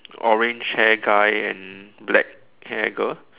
orange hair guy and black hair girl